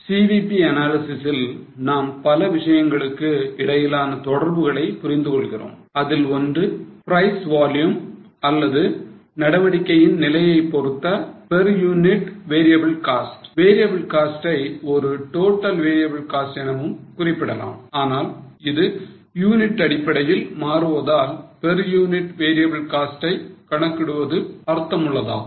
CVP analysis இல் நாம் பல விஷயங்களுக்கு இடையிலான தொடர்புகளை புரிந்து கொள்கிறோம் அதில் ஒன்று price volume அல்லது நடவடிக்கையின் நிலையை பொறுத்த per unit variable cost variable cost ஐ ஒரு total variable cost எனவும் குறிப்பிடலாம் ஆனால் இது யூனிட் அடிப்படையில் மாறுவதால் per unit variable cost ஐ கணக்கிடுவது அர்த்தமுள்ளதாகும்